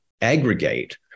aggregate